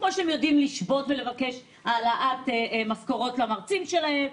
כמו שהם יודעים לשבות ולבקש העלאת משכורות למרצים שלהם.